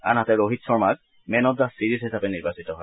আনহাতে ৰোহিত শৰ্মাক man of the series হিচাপে নিৰ্বাচিত হয়